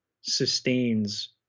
sustains